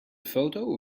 foto